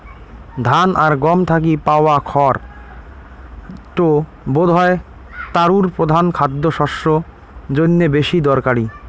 ধান আর গম থাকি পাওয়া খড় টো বোধহয় তারুর প্রধান খাদ্যশস্য জইন্যে বেশি দরকারি